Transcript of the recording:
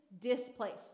displaced